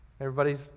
Everybody's